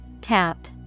Tap